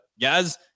Guys